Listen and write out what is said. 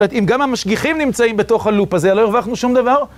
אם גם המשגיחים נמצאים בתוך הלופ הזה, לא הרווחנו שום דבר?